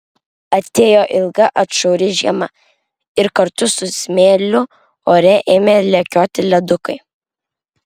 atėjo ilga atšiauri žiema ir kartu su smėliu ore ėmė lekioti ledukai